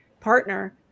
partner